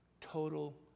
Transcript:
total